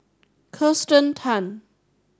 Kirsten Tan